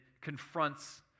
confronts